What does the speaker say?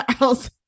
else